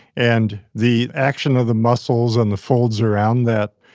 and the action of the muscles and the folds around that,